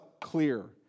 clear